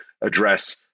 address